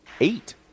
eight